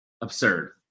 Absurd